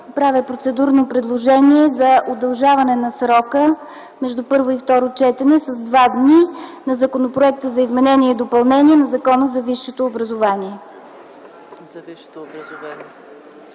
правя процедурно предложение за удължаване на срока за предложения между първо и второ четене на Законопроекта за изменение и допълнение на Закона за висшето образование